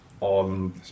on